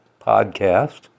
podcast